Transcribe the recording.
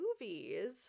movies